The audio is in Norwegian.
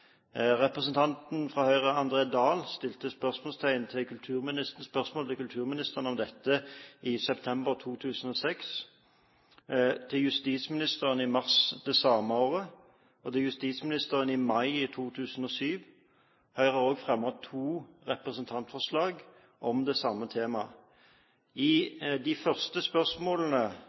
Representanten fra Høyre André Oktay Dahl stilte spørsmål til kulturministeren om dette i september 2006, til justisministeren i mars det samme året og til justisministeren i mai 2007. Høyre har også fremmet to representantforslag om det samme temaet. På de første spørsmålene,